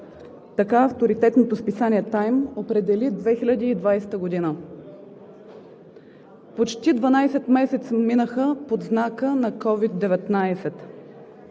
Така авторитетното списание „Тайм“ определи 2020 г. Почти 12 месеца минаха под знака на COVID-19.